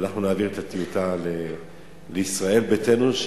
אנחנו נעביר את הטיוטה לישראל ביתנו,